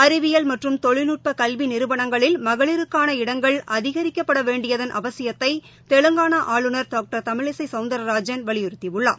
அறிவியல் தொழில்நுட்பகல்விநிறுவனங்களில் மகளிருக்கான மற்றும் இடங்கள் அதிகரிக்கப்படவேண்டியதன் அவசியத்தைதெலங்கானாஆளுநர் டாக்டர் தமிழிசைசௌந்தா்ராஜன் வலியுறுத்தியுள்ளார்